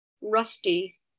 rusty